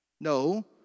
No